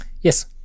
Yes